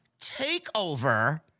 takeover